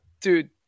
Dude